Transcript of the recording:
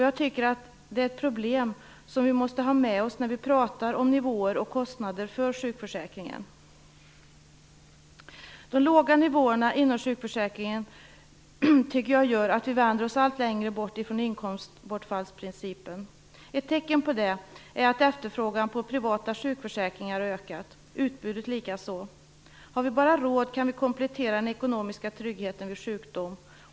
Jag tycker att det är ett problem som vi måste ha med när vi talar om nivåer och kostnader för sjukförsäkringen. De låga nivåerna inom sjukförsäkringen gör att vi vänder oss allt längre bort ifrån inkomstbortfallsprincipen. Ett tecken på det är att efterfrågan på privata sjukförsäkringar har ökat, utbudet likaså. Har vi bara råd kan vi komplettera den ekonomiska tryggheten vid sjukdom.